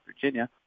Virginia